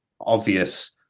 obvious